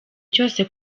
cyose